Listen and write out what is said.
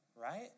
right